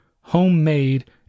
homemade